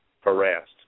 harassed